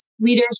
leaders